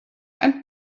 and